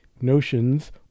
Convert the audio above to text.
notions